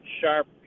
sharp